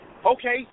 Okay